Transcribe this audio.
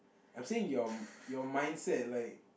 I'm saying your your mindset like